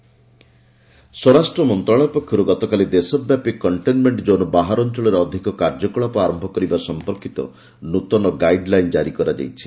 guideline ସ୍ୱରାଷ୍ଟ୍ର ମନ୍ତ୍ରଣାଳୟ ପକ୍ଷରୁ ଗତକାଲି ଦେଶବ୍ୟାପୀ କଣ୍ଟେନ୍ମେଣ୍ଟ ଜୋନ୍ ବାହାର ଅଞ୍ଚଳରେ ଅଧିକ କାର୍ଯ୍ୟକଳାପ ଆରମ୍ଭ କରିବା ସମ୍ପର୍କୀତ ନୂତନ ଗାଇଡ୍ଲାଇନ୍ କରାଯାଇଛି